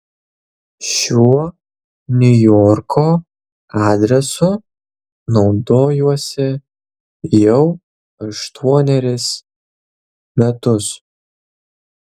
šiuo niujorko adresu naudojuosi jau aštuonerius metus